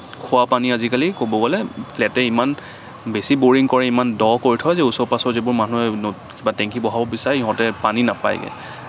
খোৱা পানী আজিকালি ক'ব গ'লে ফ্লেটে ইমান বেছি ব'ৰিং কৰে ইমান দ' কৰি থয় যে ওচৰ পাজৰ যিবোৰ মানুহে ন বা টেংকী বহাব বিচাৰে সিহঁতে পানী নাপায়গৈ